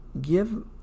Give